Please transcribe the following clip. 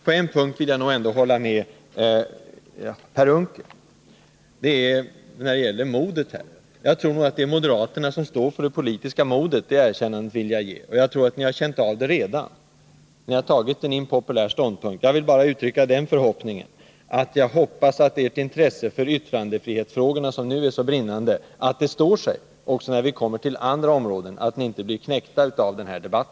På en punkt vill jag hålla med Per Unckel — när det gäller modet. Jag tror att det är moderaterna som här står för det politiska modet — det erkännandet vill jag ge. Jag tror också att ni redan har känt av det. Ni har intagit en impopulär ståndpunkt. Jag vill bara uttrycka den förhoppningen att ert intresse för yttrandefrihetsfrågorna, som nu är så brinnande, står sig när vi kommer till andra områden, att ni inte blir knäckta av denna debatt.